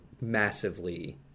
massively